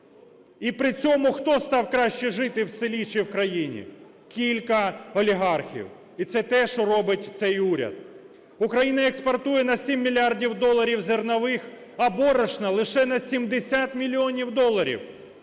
І при цьому хто став краще жити в селі чи в країні? Кілька олігархів. І це те, що робить цей уряд. Україна експортує на 7 мільярдів доларів зернових, а борошна – лише на 70 мільйонів доларів.